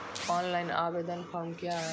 Online आवेदन form क्या हैं?